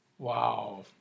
Wow